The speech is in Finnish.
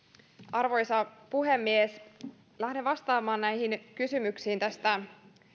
arvoisa puhemies lähden vastaamaan näihin kysymyksiin tästä